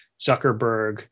Zuckerberg